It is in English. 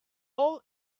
all